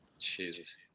Jesus